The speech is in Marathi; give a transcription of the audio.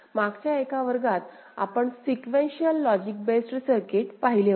मागच्या एका वर्गात आपण सिक्वेन्शिअल लॉजिक बेस्ड सर्किट पाहिले होते